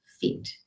fit